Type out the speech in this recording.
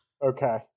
Okay